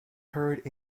heard